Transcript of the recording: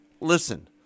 listen